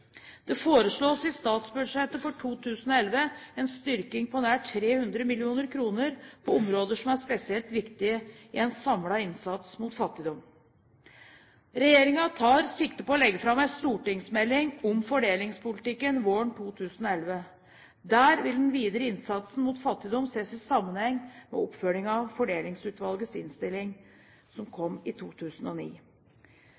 Det foreslås i statsbudsjettet for 2011 en styrking på nær 300 mill. kr på områder som er spesielt viktige i en samlet innsats mot fattigdom. Regjeringen tar sikte på å legge fram en stortingsmelding om fordelingspolitikken våren 2011. Der vil den videre innsatsen mot fattigdom ses i sammenheng med oppfølging av Fordelingsutvalgets innstilling, som